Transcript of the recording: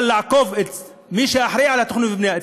אבל לעקוף את מי שאחראי לתכנון והבנייה,